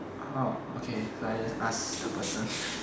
oh okay so I just ask the person